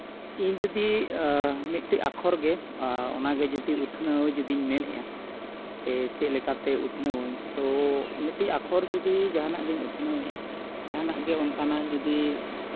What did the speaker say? ᱤᱧ ᱡᱩᱫᱤ ᱢᱤᱫ ᱴᱤᱡᱽ ᱟᱠᱷᱚᱨ ᱜᱮ ᱚᱱᱟ ᱜᱮ ᱡᱩᱫᱤ ᱩᱛᱱᱟᱹᱣ ᱡᱩᱫᱤᱧ ᱢᱮᱱᱮᱜᱼᱟ ᱥᱮ ᱪᱮᱫᱞᱮᱠᱟᱛᱮ ᱩᱛᱱᱟᱹᱣᱟᱹᱧ ᱛᱚ ᱢᱤᱫᱴᱤᱡᱽ ᱟᱠᱷᱚᱨ ᱡᱩᱫᱤ ᱡᱟᱦᱟᱱᱟᱜ ᱜᱤᱧ ᱩᱛᱱᱟᱹᱣᱮᱜᱼᱟ ᱡᱟᱦᱟᱱᱟᱜ ᱜᱮ ᱚᱱᱠᱟᱱᱟᱜ ᱡᱩᱫᱤ